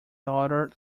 daughter